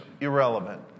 irrelevant